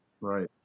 Right